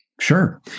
Sure